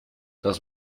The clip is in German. das